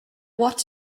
what